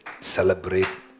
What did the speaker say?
celebrate